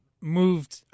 moved